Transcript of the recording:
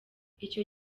icyo